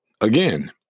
again